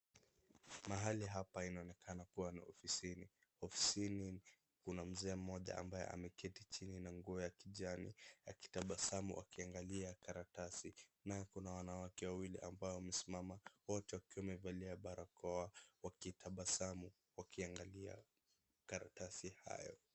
Mahali hapa inaonekana kuwa ni ofisini kuna mzee mmoja ambaye ameketi chini na nguo ya kijani akitabasamu akiangalia karatasi na kuna wanawake wawili ambao wamesimama na wote wakiwa wamevalia barakoa wakitabasamu wakiaangalia karatasi hayo.